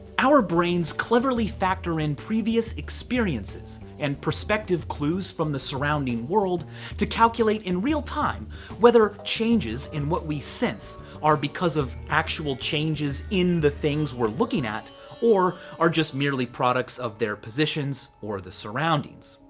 our brains cleverly factor in previous experience and perspective clues from the surrounding world to calculate in real time whether changes in what we sense are because of actual changes in the things we're looking at or are just merely products of their positions or the surroundings.